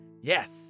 Yes